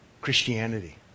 Christianity